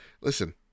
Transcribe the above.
listen